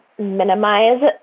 minimize